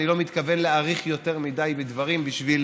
אני לא מתכוון להאריך יותר מדי בדברים בשביל